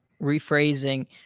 rephrasing